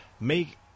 make